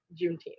Juneteenth